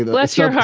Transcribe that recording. bless your heart.